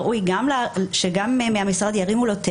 ראוי שגם מהמשרד יטלפנו אליו,